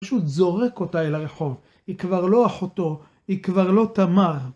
פשוט זורק אותה אל הרחוב. היא כבר לא אחותו, היא כבר לא תמר.